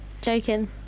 joking